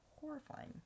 horrifying